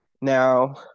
Now